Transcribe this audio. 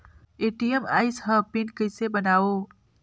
ATM आइस ह pin कइसे बनाओ?